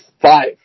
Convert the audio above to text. five